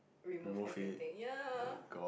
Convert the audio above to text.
remove everything ya